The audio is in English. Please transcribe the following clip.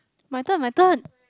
my turn my turn